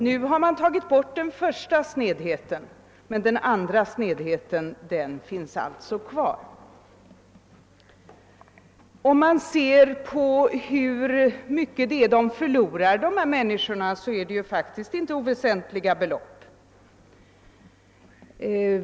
Man har nu avskaffat den första snedheten, men den andra finns alltså kvar. Om man undersöker hur mycket ifrågavarande personer förlorar, finner man att det faktiskt inte är oväsentliga belopp.